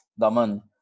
Daman